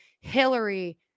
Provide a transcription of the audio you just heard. Hillary